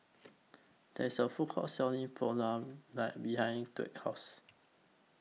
There IS A Food Court Selling Pulao net behind Dwight's House